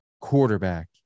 quarterback